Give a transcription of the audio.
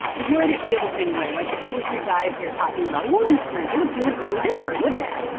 would it feel the same way? like if we were three guys we're talking about a woman's appearance, it would feel really different, wouldn't it?